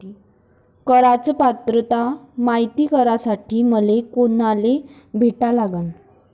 कराच पात्रता मायती करासाठी मले कोनाले भेटा लागन?